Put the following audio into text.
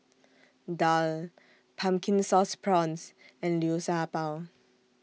Daal Pumpkin Sauce Prawns and Liu Sha Bao